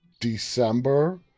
December